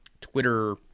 Twitter